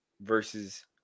versus